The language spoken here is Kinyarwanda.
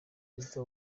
perezida